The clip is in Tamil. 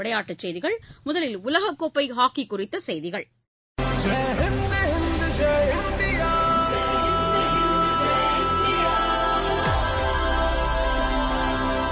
விளையாட்டுச் செய்திகள் முதலில் உலகக்கோப்பை ஹாக்கி குறித்த செய்திகள் பாடல்